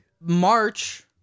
March